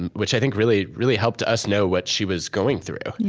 and which i think really really helped us know what she was going through.